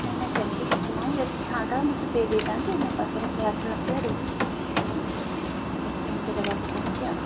ନାଇଁ ନାଇଁ ସେମିତି କିଛି ନାହିଁ ଯଦି ଥାଆନ୍ତା ମୁଁ ତ ଦେଇ ଦେଇଥା'ନ୍ତି ମୋ ପାଖରେ କ୍ୟାସ୍ ନଥିବାରୁ ପେଟିଏମ୍ରେ ଦେବାକୁ କହୁଛି ଆଉ